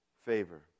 favor